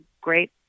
great